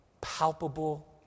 palpable